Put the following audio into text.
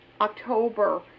October